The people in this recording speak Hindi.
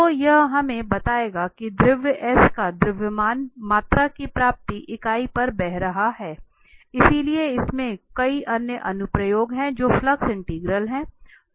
तो यह हमें बताएगा कि द्रव S का द्रव्यमान मात्रा की प्रति इकाई पर बह रहा है इसलिए इसमें कई अन्य अनुप्रयोग हैं जो फ्लक्स इंटीग्रल है